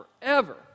forever